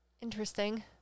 Interesting